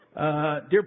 Dear